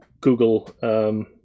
Google